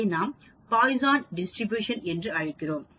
இதை நாம் Poisson distribution என்று அழைக்கிறோம்